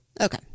Okay